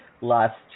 last